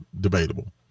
debatable